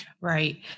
Right